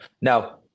Now